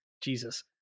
Jesus